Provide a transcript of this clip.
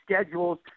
schedules